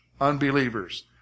unbelievers